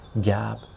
gap